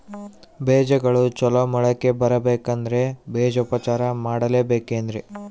ಬೇಜಗಳು ಚಲೋ ಮೊಳಕೆ ಬರಬೇಕಂದ್ರೆ ಬೇಜೋಪಚಾರ ಮಾಡಲೆಬೇಕೆನ್ರಿ?